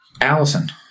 Allison